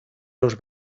los